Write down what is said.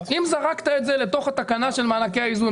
אם זרקת את זה לתוך התקנה של מענקי האיזון,